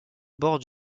bord